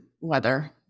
weather